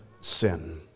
sin